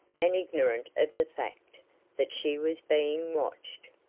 and ignorant of the fact that she was being watched.